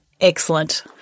Excellent